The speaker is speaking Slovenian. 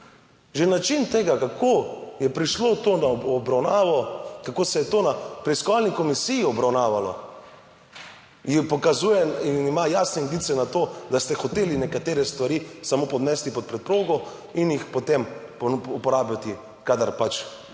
Že način tega, kako je prišlo to na obravnavo, kako se je to na preiskovalni komisiji obravnavalo, in prikazuje in ima jasne indice na to, da ste hoteli nekatere stvari samo ponesti pod preprogo in jih potem uporabiti kadar pač